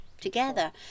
together